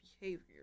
behavior